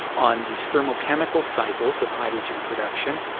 on these thermochemical cycles of hydrogen production.